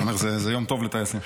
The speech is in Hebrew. אתה אומר, זה יום טוב לטייסים.